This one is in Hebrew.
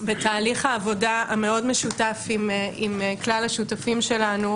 בתהליך העבודה המשותף מאוד עם כלל השותפים שלנו,